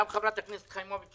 גם חברת הכנסת חיימוביץ,